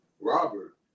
Robert